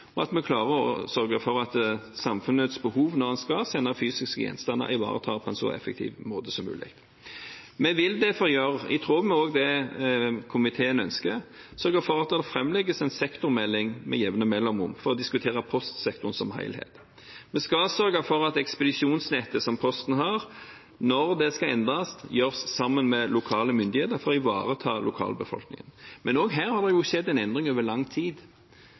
og at vi klarer å sørge for at samfunnets behov når en skal sende fysiske gjenstander, er ivaretatt på en så effektiv måte som mulig. Vi vil derfor sørge for, i tråd med det også komiteen ønsker, at det legges fram en sektormelding med jevne mellomrom for å diskutere postsektoren som helhet. Vi skal sørge for at ekspedisjonsnettet som Posten har, når det skal endres, endres sammen med lokale myndigheter for å ivareta lokalbefolkningen. Men også her har det skjedd en endring over lang tid.